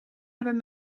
hebben